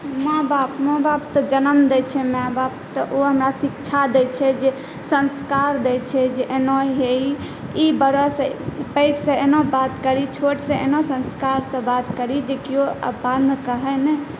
माँ बाप माँ बाप तऽ जनम दै छै माइ बाप तऽ ओ हमरा शिक्षा दै छै जे संस्कार दै छै जे एना हेई बरस पैघसँ एना बात करी छोटसँ एना संस्कारसँ बात करी जे किओ अपना बादमे कहै नहि